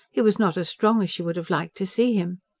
he was not as strong as she would have liked to see him.